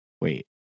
wait